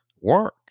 work